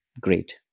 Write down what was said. great